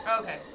Okay